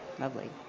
Lovely